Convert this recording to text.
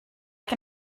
can